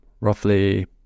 roughly